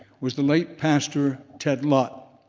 was the late pastor ted lott.